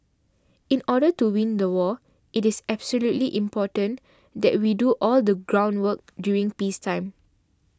in order to win the war it is absolutely important that we do all the groundwork during peacetime